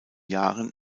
jahren